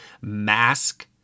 mask